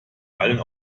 alle